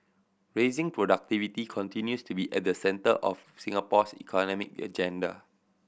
raising productivity continues to be at the centre of Singapore's economic agenda